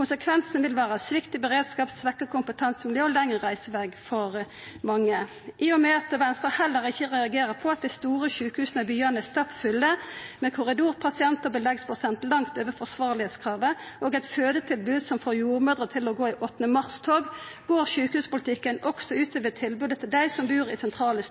Konsekvensen vil vera svikt i beredskapen, svekt kompetansemiljø og lengre reiseveg for mange. I og med at Venstre heller ikkje reagerer på at dei store sjukehusa i byane er stappfulle med korridorpasientar og har ein beleggsprosent langt over forsvarlegheitskravet og eit fødetilbod som får jordmødrer til å gå i 8. mars-tog, går sjukehuspolitikken også ut over tilbodet til dei som bur i sentrale